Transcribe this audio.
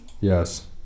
Yes